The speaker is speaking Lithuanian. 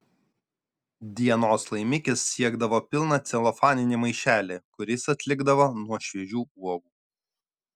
dienos laimikis siekdavo pilną celofaninį maišelį kuris atlikdavo nuo šviežių uogų